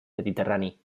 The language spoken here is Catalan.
mediterrani